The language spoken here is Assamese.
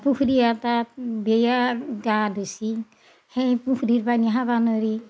পুখুৰী এটাত বেয়া গা ধুইছি সেই পুখুৰীৰ পানী খাবা নৰি